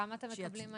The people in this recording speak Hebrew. כמה אתם מקבלים היום?